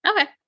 Okay